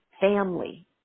family